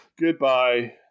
Goodbye